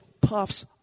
puffs